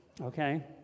Okay